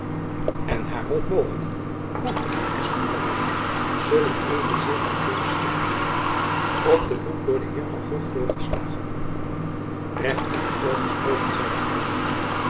en haar hoogmogenden voegde van espenblad er by zullen evenzeer van geene schikking hooren op den voet door den heer van gogh voorgeslagen recht officieel gesproken zeide arlington